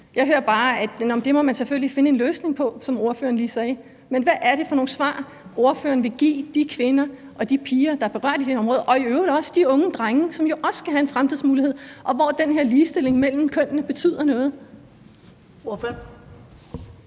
Jeg hører bare, at det må man selvfølgelig finde en løsning på, som ordføreren lige sagde. Men hvad er det for nogle svar, ordføreren vil give de kvinder og de piger, der er berørt i de her områder? Det gælder i øvrigt også de unge drenge, som jo også skal have en fremtidsmulighed, og hvor den her ligestilling mellem kønnene betyder noget.